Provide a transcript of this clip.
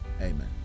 amen